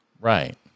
Right